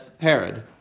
Herod